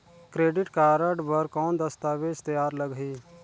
Credit card बर कौन दस्तावेज तैयार लगही?